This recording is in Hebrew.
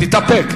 תתאפק.